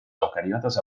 eucariotes